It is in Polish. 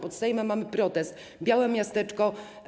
Pod Sejmem mamy protest, białe miasteczko.